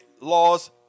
laws